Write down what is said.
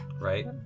Right